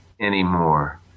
anymore